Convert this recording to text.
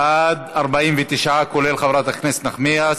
בעד, 49 כולל חברת הכנסת נחמיאס,